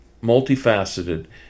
multifaceted